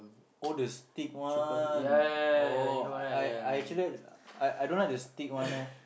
oh the stick one oh I I I actually I don't like the stick one eh